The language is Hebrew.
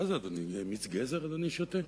מה זה, אדוני, מיץ גזר אדוני שותה?